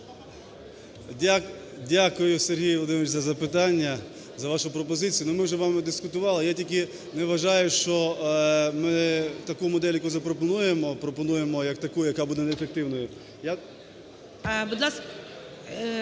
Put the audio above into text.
Дякую, Сергій Володимирович, за запитання, за вашу пропозицію. Ми вже з вами дискутували, я тільки не вважаю, що ми таку модель, яку запропонуємо, пропонуємо як таку, яка буде неефективною.